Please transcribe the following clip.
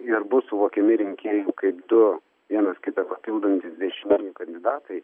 ir bus suvokiami rinkėjų kaip du vienas kitą papildantys dešiniųjų kandidatai